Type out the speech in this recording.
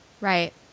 Right